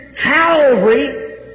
Calvary